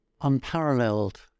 Unparalleled